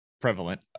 prevalent